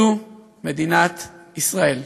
זו מדינת ישראל.